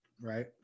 right